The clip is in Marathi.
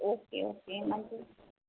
ओके ओके मग